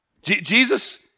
Jesus